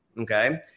okay